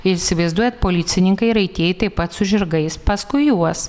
ir įsivaizduojat policininkai raitieji taip pat su žirgais paskui juos